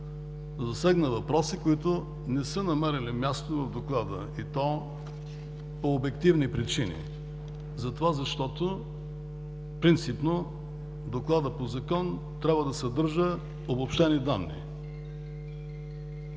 засегна въпроси, които не са намерили място в Доклада, и то по обективни причини, защото принципно Докладът по Закон трябва да съдържа обобщени данни.